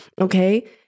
Okay